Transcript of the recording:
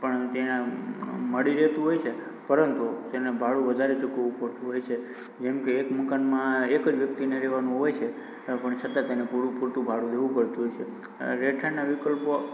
પણ ત્યાં મળી રહેતું હોય છે પરંતુ તેને ભાડું વધારે ચૂકવવું પડતું હોય છે જેમ કે એક મકાનમાં એક જ વ્યક્તિને રહેવાનું હોય છે પણ છતાંય તેને પૂરે પૂરતું ભાડું દેવું પડતું હોય છે અને રહેઠાણના વિકલ્પો